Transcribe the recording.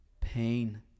pain